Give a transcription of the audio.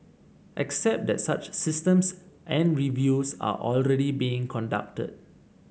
except that such systems and reviews are already being conducted